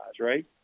right